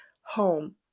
home